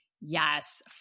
yes